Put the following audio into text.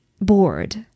bored